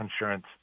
insurance